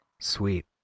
Sweet